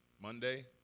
Monday